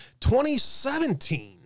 2017